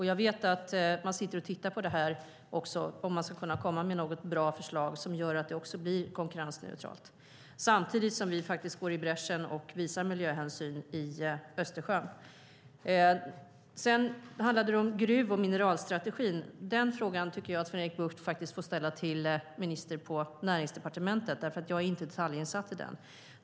Jag vet också att man tittar på om man ska kunna komma med ett bra förslag som gör att det blir konkurrensneutralt. Samtidigt går vi faktiskt i bräschen och visar miljöhänsyn i Östersjön. Det handlade också om gruv och mineralstrategin. Den frågan tycker jag att Sven-Erik Bucht får ställa till någon minister på Näringsdepartementet, för jag är inte detaljinsatt i den.